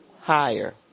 higher